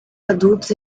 adultos